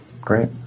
Great